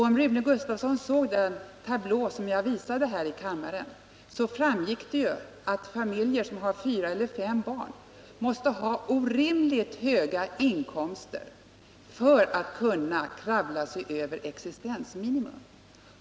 Om Rune Gustavsson såg den tablå jag visade här i kammaren, vet han också att familjer som har fyra eller fem barn måste ha orimligt höga inkomster för att kunna kravla sig över existensminimum.